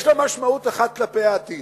יש לה משמעות אחת כלפי העתיד.